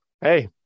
Hey